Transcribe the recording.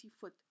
foot